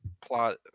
plot